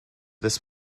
this